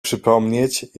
przypomnieć